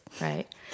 right